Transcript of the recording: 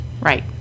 Right